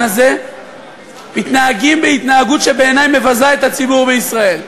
הזה מתנהגים בהתנהגות שבעיני מבזה את הציבור בישראל.